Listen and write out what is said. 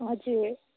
हजुर